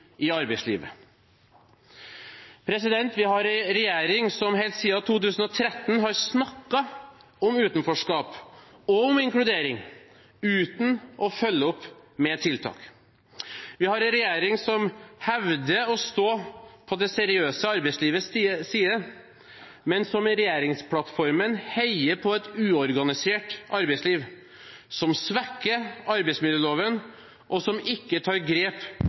i arbeidslivet. Vi har en regjering som helt siden 2013 har snakket om utenforskap og om inkludering uten å følge opp med tiltak. Vi har en regjering som hevder å stå på det seriøse arbeidslivets side, men som i regjeringsplattformen heier på et uorganisert arbeidsliv, som svekker arbeidsmiljøloven, og som ikke tar grep